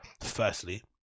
firstly